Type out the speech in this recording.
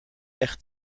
echt